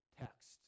text